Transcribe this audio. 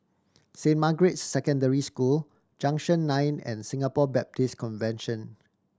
Saint Margaret's Secondary School Junction Nine and Singapore Baptist Convention